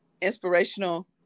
inspirational